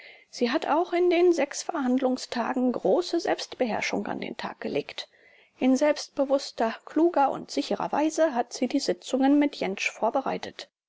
sie hat auch in den sechs verhandlungstagen große selbstbeherrschung an den tag gelegt in selbstbewußter kluger und sicherer weise hat sie die sitzungen mit jentsch vorbereitet